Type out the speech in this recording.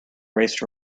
raced